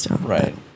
right